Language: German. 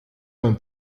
man